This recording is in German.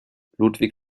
ludwig